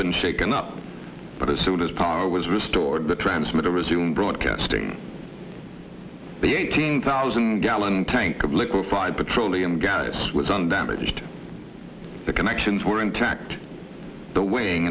been shaken up but as soon as power was restored the transmitter resumed broadcasting the eighteen thousand gallon tank of liquefied petroleum gas was undamaged the connections were intact the w